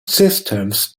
systems